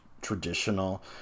traditional